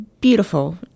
beautiful